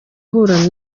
ahura